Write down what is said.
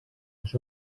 les